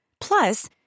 Plus